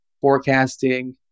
forecasting